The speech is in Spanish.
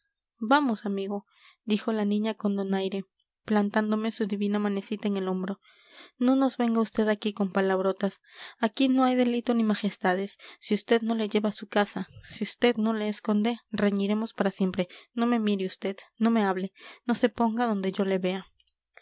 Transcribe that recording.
vamos amigo dijo la niña con donaire plantándome su divina manecita en el hombro no nos venga vd aquí con palabrotas aquí no hay delito ni majestades si vd no le lleva a su casa si vd no le esconde reñiremos para siempre no me mire vd no me hable no se ponga donde yo le vea